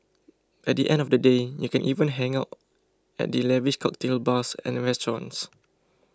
at the end of the day you can even hang out at the lavish cocktail bars and restaurants